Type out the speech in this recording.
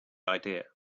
idea